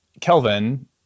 Kelvin